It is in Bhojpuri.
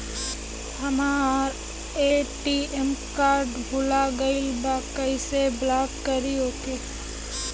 हमार ए.टी.एम कार्ड भूला गईल बा कईसे ब्लॉक करी ओके?